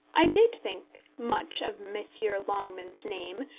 i did think much of messrs. longman's name,